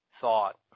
thought